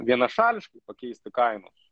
vienašališkai pakeisti kainos